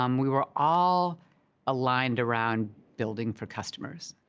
um we were all aligned around building for customers.